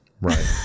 right